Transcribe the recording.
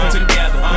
together